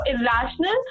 irrational